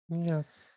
Yes